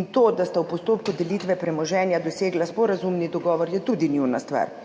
in to, da sta v postopku delitve premoženja dosegla sporazumni dogovor, je tudi njuna stvar.